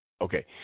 Okay